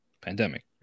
pandemic